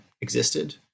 existed